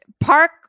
Park